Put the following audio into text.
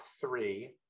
three